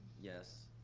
yes.